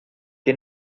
que